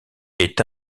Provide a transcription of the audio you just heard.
est